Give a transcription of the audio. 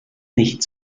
nicht